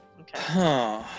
Okay